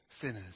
sinners